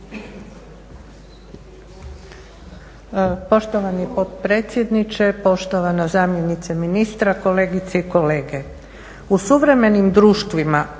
Hvala.